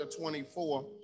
24